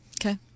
Okay